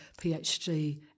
PhD